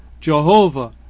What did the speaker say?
Jehovah